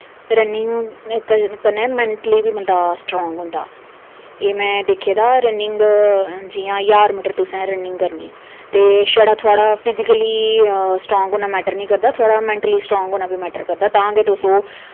running कन्नै mentally बी बंदा स्ट्रांग होंदा एह् में दिक्खे दा रनिंग जि'यां ज्हार मीटर तुसें रनिंग करनी ते छड़ा थुआढ़ा फिजिकली स्ट्रांग होना मैट्टर निं करदा थुआढ़ा मैन्टली स्ट्रांग होना बी मैट्टर करदा तां गै तुस ओह्